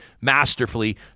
masterfully